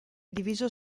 diviso